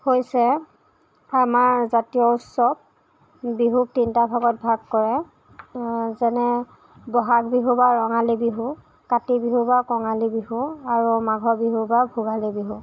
হৈছে আমাৰ জাতীয় উৎসৱ বিহুক তিনিটা ভাগত ভাগ কৰে যেনে বহাগ বিহু বা ৰঙালী বিহু কাতি বিহু বা কঙালী বিহু আৰু মাঘৰ বিহু বা ভোগালী বিহু